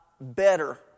better